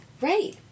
Right